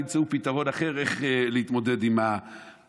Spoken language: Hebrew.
ימצאו פתרון אחר איך להתמודד עם התופעה